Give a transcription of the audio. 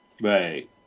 Right